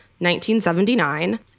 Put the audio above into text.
1979